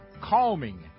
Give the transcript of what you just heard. Calming